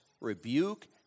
rebuke